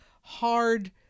hard